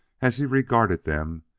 as he regarded them,